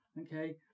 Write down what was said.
okay